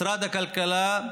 משרד הכלכלה,